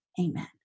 Amen